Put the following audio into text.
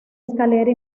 escalera